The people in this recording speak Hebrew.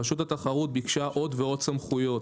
רשות התחרות ביקשה עוד ועוד סמכויות.